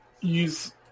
use